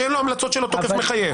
שאין להמלצות שלו תוקף מחייב?